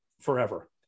forever